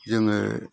जोङो